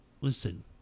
listen